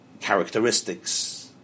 characteristics